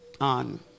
on